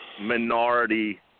minority